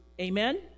Amen